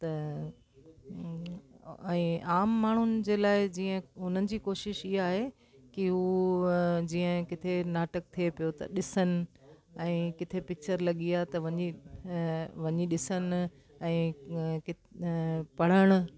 त ऐं आम माण्हुनि जे लाइ जीअं हुननि जी कोशिशि इहा आहे की उहे जीअं किते नाटक थे पियो त ॾिसनि ऐं किथे पिचर लॻी आहे त वञी वञी ॾिसनि ऐं पढ़णु